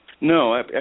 No